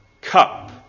cup